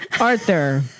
Arthur